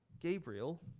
Gabriel